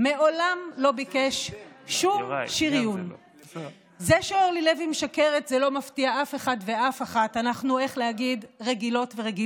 דבר שאורלי לוי מעולם לא עשתה.